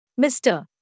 Mr